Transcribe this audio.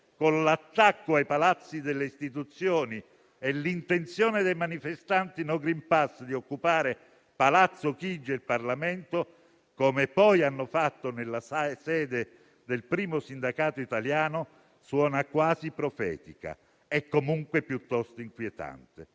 con l'attacco ai palazzi delle istituzioni e l'intenzione dei manifestanti no *green pass* di occupare Palazzo Chigi e Parlamento - come poi hanno fatto nella sede del primo sindacato italiano - suona quasi profetica, e comunque piuttosto inquietante.